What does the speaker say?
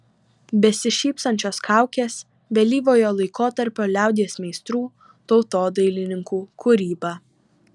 besišypsančios kaukės vėlyvojo laikotarpio liaudies meistrų tautodailininkų kūryba